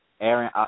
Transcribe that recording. Aaron